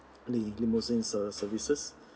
lim~ limousine services